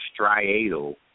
striatal